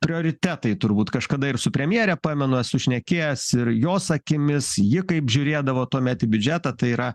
prioritetai turbūt kažkada ir su premjere pamenu esu šnekėjęs ir jos akimis ji kaip žiūrėdavo tuomet į biudžetą tai yra